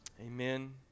amen